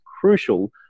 crucial